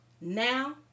Now